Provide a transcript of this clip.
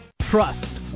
Trust